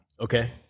Okay